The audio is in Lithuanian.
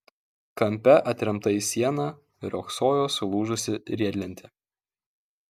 kampe atremta į sieną riogsojo sulūžusi riedlentė